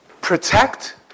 protect